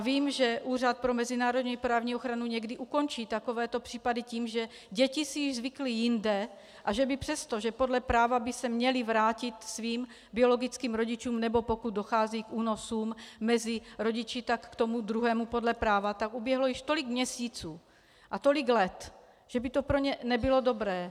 Vím, že Úřad pro mezinárodněprávní ochranu někdy ukončí takovéto případy tím, že děti si již zvykly jinde a že by přesto, že by se podle práva měly vrátit svým biologickým rodičům, nebo pokud dochází k únosům mezi rodiči, tak k tomu druhému podle práva, a že uběhlo již tolik měsíců a tolik let, že by to pro ně nebylo dobré.